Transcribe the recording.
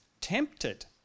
tempted